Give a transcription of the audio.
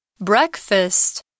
breakfast